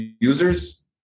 users